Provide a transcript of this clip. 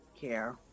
care